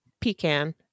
Pecan